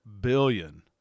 billion